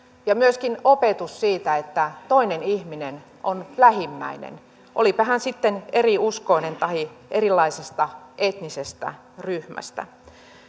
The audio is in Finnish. ja myöskin opetus siitä että toinen ihminen on lähimmäinen olipa hän sitten eri uskoinen tai erilaisesta etnisestä ryhmästä